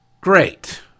great